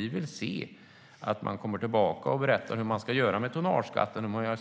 Vi vill se att man kommer tillbaka och berättar hur man ska göra med tonnageskatten,